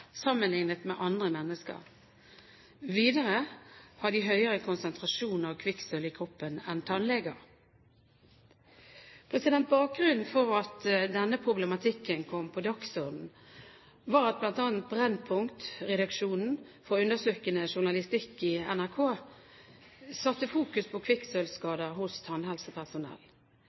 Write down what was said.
sammenlignet med andre mennesker. Videre har tannlegeassistenter høyere konsentrasjon av kvikksølv i kroppen enn tannleger. Bakgrunnen for at denne problematikken kom på dagsordenen, var at bl.a. Brennpunkt, redaksjonen for undersøkende journalistikk i NRK, satte fokus på kvikksølvskader hos tannhelsepersonell.